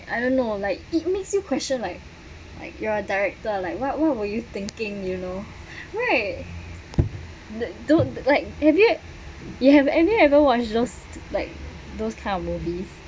I don't know like it makes you question like like you are director like what what were you thinking you know right the don't like have you you have any ever watch just like those kind of movies